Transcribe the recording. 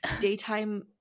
daytime